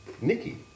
Nikki